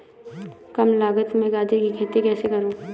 कम लागत में गाजर की खेती कैसे करूँ?